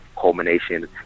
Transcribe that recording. culmination